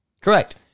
Correct